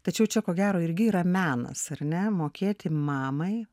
tačiau čia ko gero irgi yra menas ar ne mokėti mamai